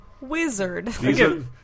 Wizard